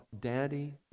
Daddy